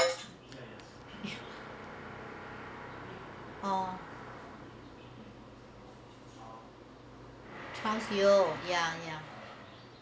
oh trust you ya ya